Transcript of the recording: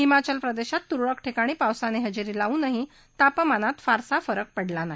हिमाचल प्रदेशात तुरळक ठिकाणी पावसाने हजेरी लावूनही तापमानात फारसा फरक पडला नाही